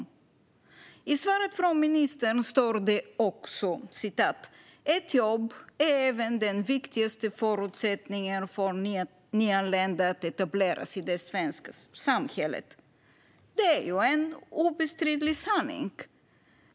I sitt svar säger ministern också: "Ett jobb är även den viktigaste förutsättningen för nyanlända att etableras i det svenska samhället." Detta är ju en obestridlig sanning.